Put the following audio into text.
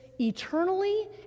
Eternally